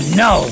no